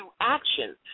action